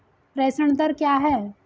प्रेषण दर क्या है?